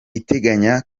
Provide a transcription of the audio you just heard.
iteganya